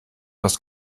das